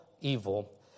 evil